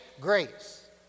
grace